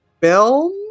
Film